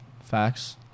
Facts